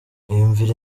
iyumvire